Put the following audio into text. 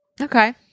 okay